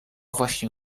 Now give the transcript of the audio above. właśnie